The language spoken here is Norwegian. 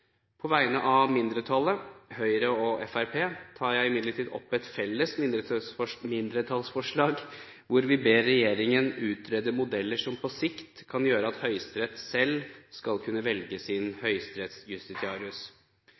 På vegne av mindretallet, Høyre og Fremskrittspartiet, tar jeg imidlertid opp et felles mindretallsforslag, hvor vi ber regjeringen utrede modeller som på sikt kan gjøre at Høyesterett selv skal kunne velge sin